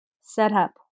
setup